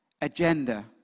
agenda